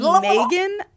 Megan